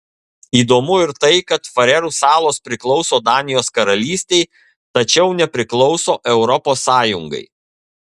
įdomu ir tai kad farerų salos priklauso danijos karalystei tačiau nepriklauso europos sąjungai